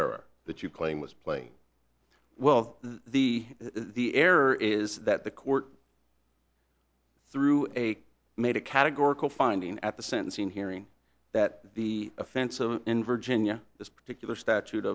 error that you claim was played well the the error is that the court threw a made a categorical finding at the sentencing hearing that the offensive in virginia this particular statute